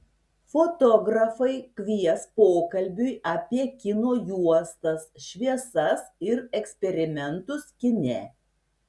fotografai kvies pokalbiui apie kino juostas šviesas ir eksperimentus kine